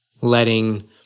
letting